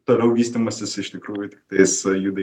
toliau vystymasis iš tikrųjų tai jisai juda